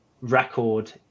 record